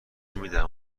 میدیم